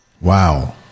wow